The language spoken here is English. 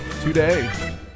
today